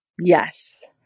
Yes